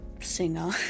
singer